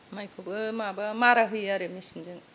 माइखौबो माबा मारा होयो आरो मेसिनजों